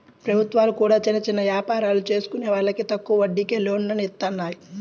ప్రభుత్వాలు కూడా చిన్న చిన్న యాపారాలు చేసుకునే వాళ్లకి తక్కువ వడ్డీకే లోన్లను ఇత్తన్నాయి